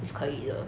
is 可以的